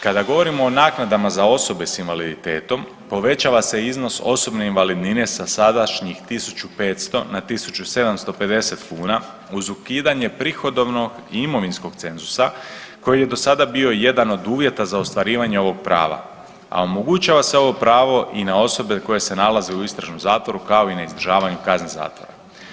Kada govorimo o naknadama za osobe s invaliditetom, povećava se iznos osobne invalidnine sa sadašnjih 1500 na 1750 kuna uz ukidanje prihodovno i imovinskog cenzusa koji je do sada bio jedan od uvjeta za ostvarivanje ovog prava, a omogućava se ovo pravo i na osobe koje se nalaze i u istražnom zatvoru, kao i na izdržavanju kazne zatvora.